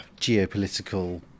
geopolitical